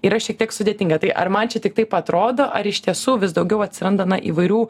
yra šiek tiek sudėtinga tai ar man čia tik taip atrodo ar iš tiesų vis daugiau atsiranda na įvairių